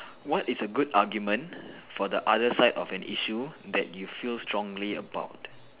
what is a good argument for the other side of an issue that you feel strongly about